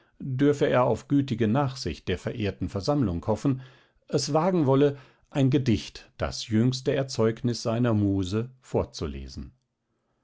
dürfe er auf gütige nachsicht der verehrten versammlung hoffen es wagen wolle ein gedicht das jüngste erzeugnis seiner muse vorzulesen